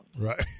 Right